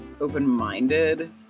open-minded